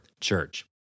church